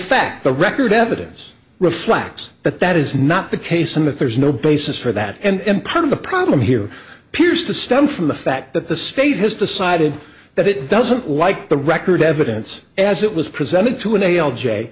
fact the record evidence reflects that that is not the case and that there's no basis for that and part of the problem here appears to stem from the fact that the state has decided that it doesn't like the record evidence as it was presented to in a l j